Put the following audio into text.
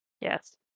Yes